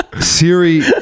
Siri